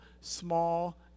small